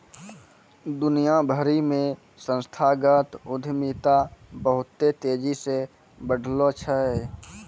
दुनिया भरि मे संस्थागत उद्यमिता बहुते तेजी से बढ़लो छै